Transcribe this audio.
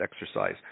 exercise